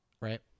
right